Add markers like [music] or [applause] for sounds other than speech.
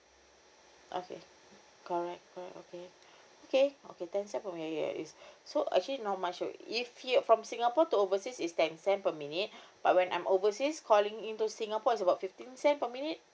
okay correct correct okay okay okay ten cents per minute ah is [breath] so actually not much of it if if from singapore to overseas is ten cent per minute [breath] but when I'm overseas calling into singapore is about fifteen cents per minute